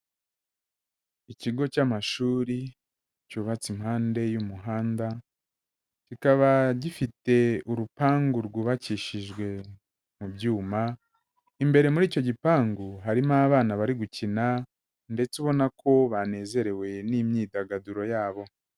Ikigo cy'amashuri cyubatse impande y'umuhanda, kikaba gifite urupangu rwubakishijwe mu byuma, imbere muri icyo gipangu harimo abana bari gukina ndetse ubona ko banezerewe n'imyidagaduro yabo.